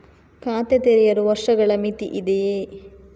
ಖಾತೆ ತೆರೆಯಲು ವರ್ಷಗಳ ಮಿತಿ ಇದೆಯೇ?